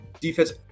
defense